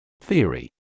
Theory